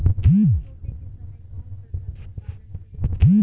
धान रोपे के समय कउन प्रथा की पालन कइल जाला?